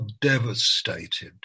devastated